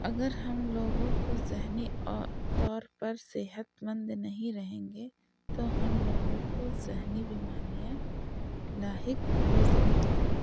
اگر ہم لوگوں کو ذہنی اور طور پر صحت مند نہیں رہیں گے تو ہم لوگوں کو ذہنی بیماریاں لاحق ہو سکتی ہیں